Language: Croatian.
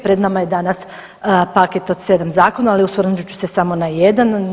Pred nama je danas paket od 7 zakona, ali osvrnut ću se samo na jedan.